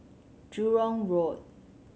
Jurong Road